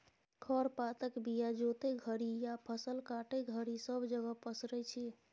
खर पातक बीया जोतय घरी या फसल काटय घरी सब जगह पसरै छी